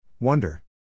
Wonder